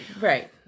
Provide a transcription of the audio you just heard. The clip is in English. right